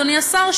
אדוני השר,